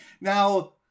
Now